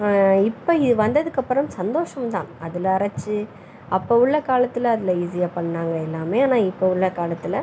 இப்போது இது வந்ததுக்கப்புறம் சந்தோஷம் தான் அதில் அரைச்சு அப்போது உள்ள காலத்தில் அதில் ஈஸியாக பண்ணிணாங்க எல்லாமே ஆனால் இப்போது உள்ள காலத்தில்